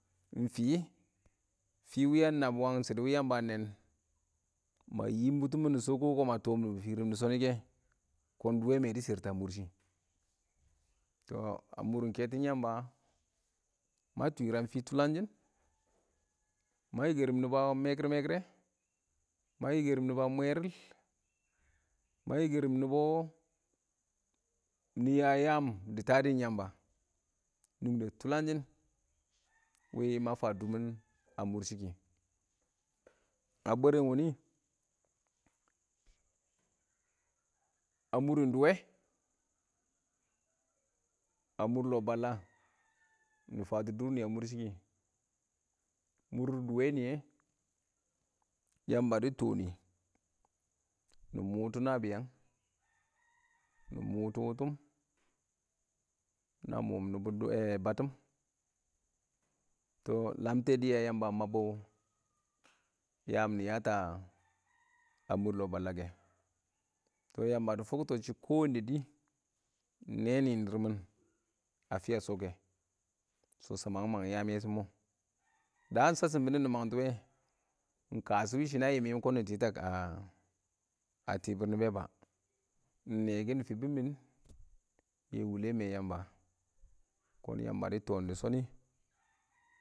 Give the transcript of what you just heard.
ɪng fɪ, fi wɪ nab wangɪn shɪdɔ wɪ Yamba a nɛɛn wɪ shɛ nana ma yiim bʊttʊ mɪn dɪ shɔ, kɔn ma toom nɪbɔ fɪrɪm, dɪ shɔnɪ kɛ, kɔn dɪ sharta a mʊrshɪ. Tɔ a mʊrɪn kɛtɔn Yamba, ma twɪram fɪ tʊlangshɪn, ma yɪ kɛrɪm nɪbɔ a mɛkɪr-mɛkɪr rɛ, ma yɪ kɛrɪm nɪbɔ mweril, ma yɪ kɛrɪm nɪbɔ nɪ ya yaam dɪ tadɔn Yamba. Nungdə tulanshɪn wɪ ma fan dʊr mɪn a mʊr shɪ kɪ. A bwɛrɛn wʊnɪ a mʊrɪn duwe a mʊr lɔ balla, nɪ fatɔ Yamba dɪ tɔ nɪ, nɪ mʊtʊ nabɪyang, nɪ mʊtʊ wʊtʊm na mʊm battɪn tɔ lamtɛ dɪya Yamba a mabbɔ yaam nɪ yatɔ a mʊr lɔ balla kɛ. Tɔ Yamba dɪ fʊkto shɪ kɔ wannɛ dɪ nɛɛ nɪɪn dɪrr mɪn a fɪya shɔ kɛ, shɔ sha mangɪm mangɪm yaam yɛ mɔ, daan shasshɪm bɪ nɪ, nɪ mangtɔ wɛ ɪng ka shɔ wɪ shɪ na yɪm yɪm kɔn nɪ tɪtɔ a tɪbɪr nɪbɔ kɛ ba. ɪng nɛ kɪn fɪbɪn mɪn yɛ wulə mɛ Yamba kɔn Yamba dɪ tɔɔn dɪ shɔnɪ.